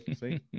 See